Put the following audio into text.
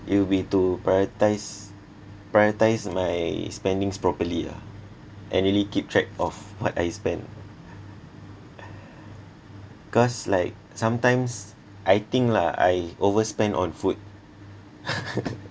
it will be to prioritise prioritise my spendings properly lah and really keep track of what I spend cause like sometimes I think lah I overspend on food